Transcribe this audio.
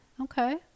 Okay